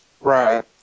Right